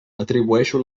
atribueixo